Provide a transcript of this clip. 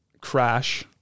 Crash